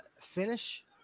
finish